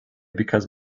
because